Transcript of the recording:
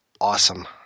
awesome